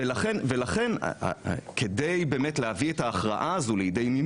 ככל שליושב-ראש הוועדה יש רצון לבחון את הנושא גם בצורה